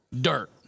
Dirt